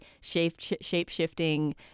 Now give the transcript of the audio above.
shape-shifting